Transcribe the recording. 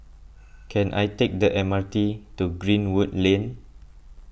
can I take the M R T to Greenwood Lane